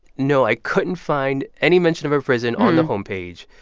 no, i couldn't find any mention of a prison on the homepage.